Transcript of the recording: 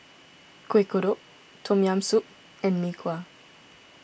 Kuih Kodok Tom Yam Soup and Mee Kuah